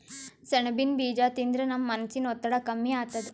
ಸೆಣಬಿನ್ ಬೀಜಾ ತಿಂದ್ರ ನಮ್ ಮನಸಿನ್ ಒತ್ತಡ್ ಕಮ್ಮಿ ಆತದ್